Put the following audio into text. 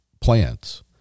plants